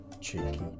cheeky